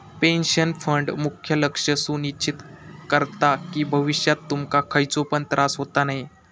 pension fund मुख्य लक्ष सुनिश्चित करता कि भविष्यात तुमका खयचो पण त्रास होता नये